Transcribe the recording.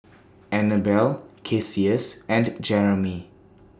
Annabella Cassius and Jeramie